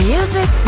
Music